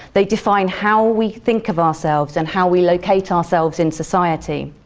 they define how we think of ourselves and how we locate ourselves in society.